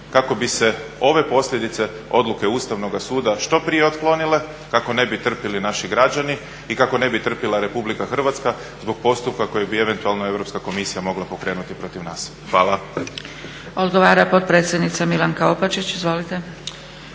kako bi se ove posljedice odluke Ustavnoga suda što prije otklonile kako ne bi trpili naši građani i kako ne bi trpila RH zbog postupka koji bi eventualno Europska komisija mogla pokrenuti protiv nas? Hvala.